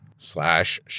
slash